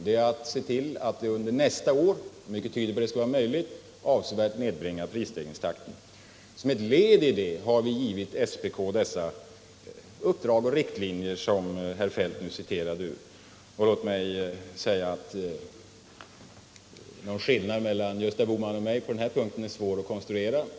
Vi har att se till att under nästa år — mycket tyder på att det skall bli möjligt — avsevärt nedbringa prisstegringstakten. Som ett led häri har vi givit SPK det uppdrag och de riktlinjer som herr Feldt nyss citerade ur. Någon skillnad mellan mig och Gösta Bohman på denna punkt är svår att konstruera.